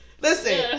Listen